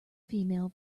female